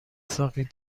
ساقی